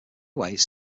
ways